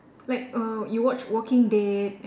like err you watch Walking Dead